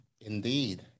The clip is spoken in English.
Indeed